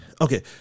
Okay